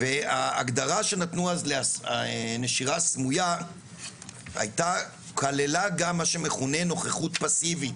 וההגדרה שנתנו אז לנשירה סמויה כללה גם מה שמכונה "נוכחות פסיבית"